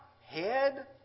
head